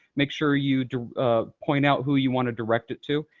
make sure you point out who you want to direct it to,